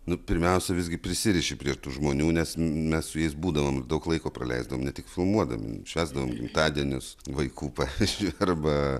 nu pirmiausia visgi prisiriši prie tų žmonių nes mes su jais būdavom daug laiko praleisdavom ne tik filmuodami švęsdavom gimtadienius vaikų pavyzdžiui arba